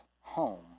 home